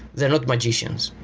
they're not magicians,